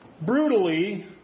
brutally